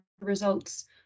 results